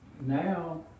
Now